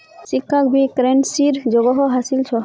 सिक्काक भी करेंसीर जोगोह हासिल छ